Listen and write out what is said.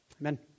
Amen